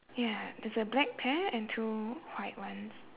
ya there's a black pair and two white ones